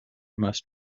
must